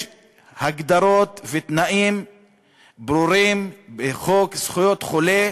יש הגדרות ותנאים ברורים בחוק זכויות חולה,